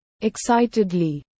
Excitedly